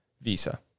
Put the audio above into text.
Visa